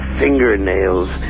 fingernails